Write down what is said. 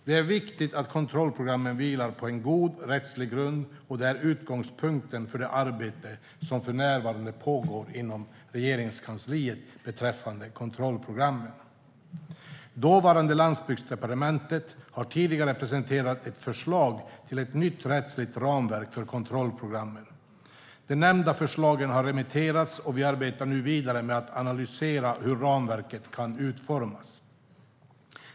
Det är viktigt att kontrollprogrammen vilar på en god rättslig grund, och det är utgångspunkten för det arbete som för närvarande pågår inom Regeringskansliet beträffande kontrollprogrammen. Dåvarande Landsbygdsdepartementet har tidigare presenterat ett förslag till ett nytt rättsligt ramverk för kontrollprogrammen. Det nämnda förslaget har remitterats, och vi arbetar nu vidare med att analysera hur ramverket kan utformas.